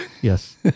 Yes